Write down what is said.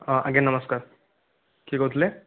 ହଁ ଆଜ୍ଞା ନମସ୍କାର କିଏ କହୁଥିଲେ